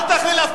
אל תכליל.